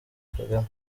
kagame